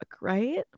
right